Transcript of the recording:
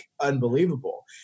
unbelievable